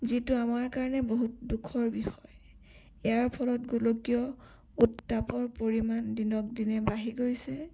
যিটো আমাৰ কাৰণে বহুত দুখৰ বিষয় ইয়াৰ ফলত গোলকীয় উত্তাপৰ পৰিমাণ দিনক দিনে বাঢ়ি গৈছে